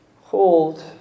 hold